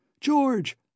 George